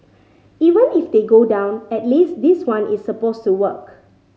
even if they go down at least this one is supposed to work